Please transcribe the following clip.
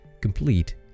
complete